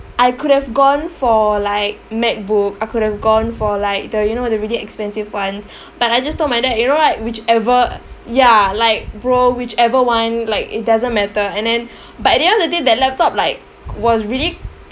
I could have gone for like MacBook I could have gone for like the you know the really expensive ones but I just told my dad you know right whichever ya like bro whichever one like it doesn't matter and then but at the end of the day that laptop like was really